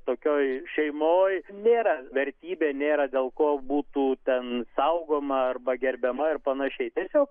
tokioj šeimoj nėra vertybė nėra dėl ko būtų ten saugoma arba gerbiama ir panašiai tiesiog